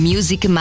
Music